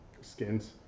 skins